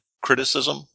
criticism